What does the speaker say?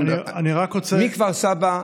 מכפר סבא,